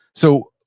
so,